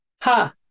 Ha